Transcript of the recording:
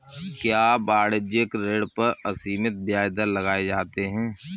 क्या वाणिज्यिक ऋण पर असीमित ब्याज दर लगाए जाते हैं?